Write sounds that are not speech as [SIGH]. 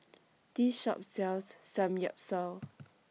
[NOISE] This Shop sells Samgyeopsal